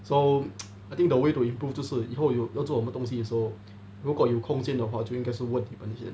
so I think the way to improve 就是以后有要做我们东西的时候如果有空间的话就应该是问你们先